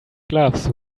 gloves